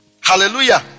Hallelujah